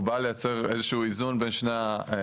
בא לייצר איזשהו איזון בין שני הגופים האלה.